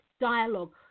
Dialogue